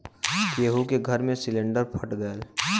केहु के घर मे सिलिन्डर फट गयल